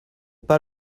pas